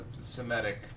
Semitic